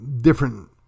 different